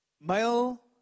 male